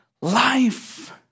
life